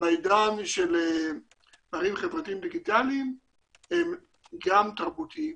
בעידן של פערים חברתיים דיגיטליים הן גם תרבותיות.